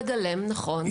נכון,